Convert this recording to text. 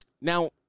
Now